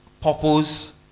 purpose